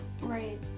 Right